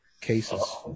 cases